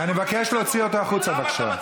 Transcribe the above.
אני מבקש להוציא אותו החוצה, בבקשה.